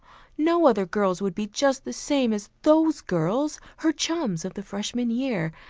no other girls would be just the same as those girls, her chums of the freshman year.